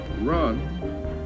run